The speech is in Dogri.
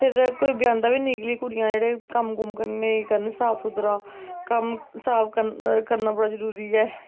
फिर कोई ब्यांहदा बी नेईं कि कुड़ियां जेह्ड़ियां कम्म कुम्म नेईं करन साफ सुथरा कम्म साफ करना बड़ा जरूरी ऐ